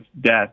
death